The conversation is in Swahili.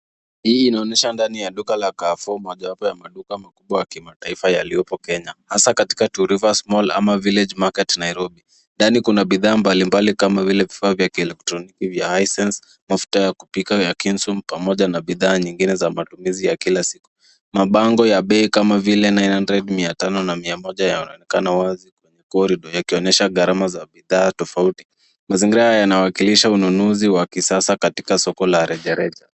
Hii inaonyesha ndani ya duka la Carrefour mojawapo ya maduka makubwa ya kimataifa yaliyopo Kenya hasa katika Two Rivers mall ama Vilage Market , Nairobi. Ndani kuna bidhaa mbalimbali kama vile vifaa vya kieletroniki vya Hisense, mafuta ya kupika ya Kinsun pamoja na bidhaa nyingine ya matumizi ya kila siku. Mabango ya bei kama vile nine hundred , mia tano na mia moja yanaonekana wazi kwa korido yakionyesha garama ya bidhaa tofauti. Mazingira yanawakilisha ununuzi wa kisasa katika soko la rejareja.